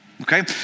Okay